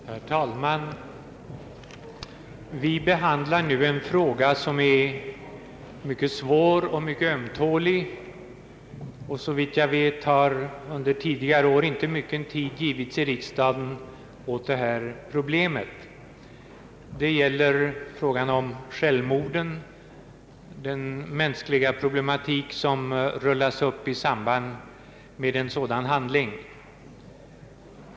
Herr talman! Vi behandlar nu en fråga som är mycket svår och mycket ömtålig. Såvitt jag vet har under tidigare år inte mycken tid givits i riks dagen åt detta problem — självmorden och den mänskliga problematik som rullas upp i samband med sådana handlingar.